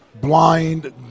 blind